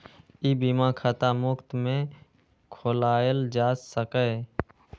ई बीमा खाता मुफ्त मे खोलाएल जा सकैए